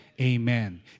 amen